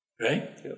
Right